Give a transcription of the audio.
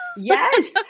Yes